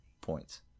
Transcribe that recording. points